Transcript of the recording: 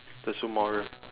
the super Mario